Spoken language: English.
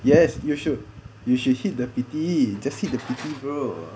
yes you should you should hit the pity just hit the pity bro